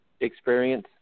experience